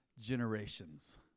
generations